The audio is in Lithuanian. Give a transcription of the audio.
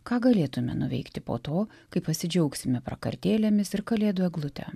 ką galėtume nuveikti po to kai pasidžiaugsime prakartėlėmis ir kalėdų eglute